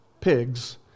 pigs